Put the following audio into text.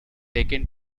taken